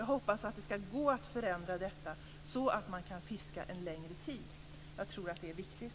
Jag hoppas att det ska gå att förändra detta, så att man kan fiska under längre tid. Jag tror att det är viktigt.